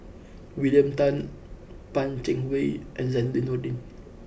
William Tan Pan Cheng Lui and Zainudin Nordin